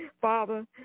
Father